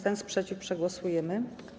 Ten sprzeciw przegłosujemy.